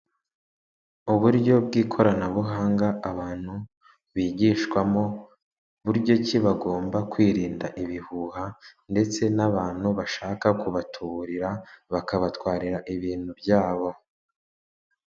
Uburyo bw'ikoranabuhanga abantu bigishwamo buryo ki bagomba kwirinda ibihuha, ndetse n'abantu bashaka kubatuburira bakabatwarira ibintu byabo.